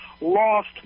lost